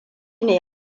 ne